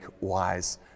wise